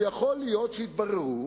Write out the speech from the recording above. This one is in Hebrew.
שיכול להיות שיתבררו